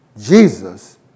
Jesus